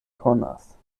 konas